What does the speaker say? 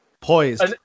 poised